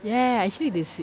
ya ya ya actually they said